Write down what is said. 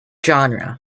genre